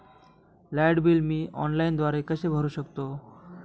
Light bill मी ऑनलाईनद्वारे कसे भरु शकतो?